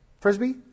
Frisbee